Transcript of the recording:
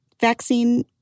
vaccine